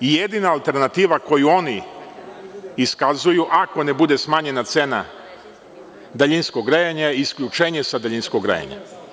Jedina alternativa koju oni iskazuju ako ne bude smanjena cena daljinskog grejanja je isključenje sa daljinskog grejanja.